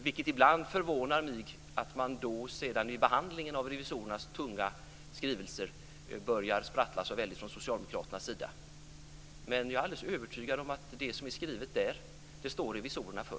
Det förvånar mig därför att man vid behandlingen av revisorernas tunga skrivelser ibland börjar sprattla så väldigt från socialdemokraternas sida. Jag är helt övertygad om att det som är skrivet där står revisorerna för.